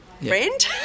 friend